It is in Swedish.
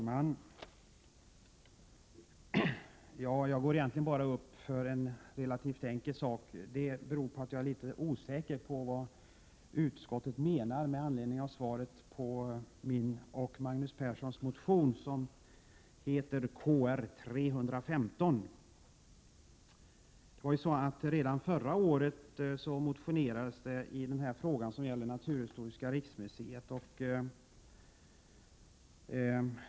Herr talman! Jag har begärt ordet för att beröra en relativt enkel sak. Jag är nämligen litet osäker på vad utskottet menar när man bemöter min och Magnus Perssons motion Kr315. Redan förra året väcktes en motion om Naturhistoriska riksmuseet.